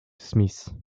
smith